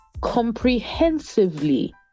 comprehensively